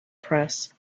press